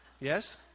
Yes